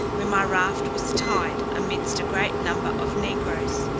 where my raft was tied, amidst a great number of negroes.